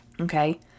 okay